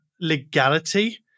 legality